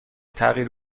تغییر